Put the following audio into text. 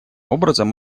образом